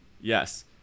Yes